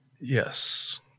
Yes